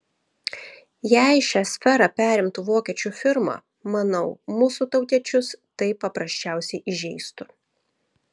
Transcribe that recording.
jei šią sferą perimtų vokiečių firma manau mūsų tautiečius tai paprasčiausiai įžeistų